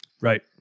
Right